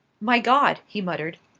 my god! he muttered.